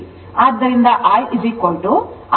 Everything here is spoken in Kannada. ಆದ್ದರಿಂದ IIR IL IC ಆಗಿರುತ್ತದೆ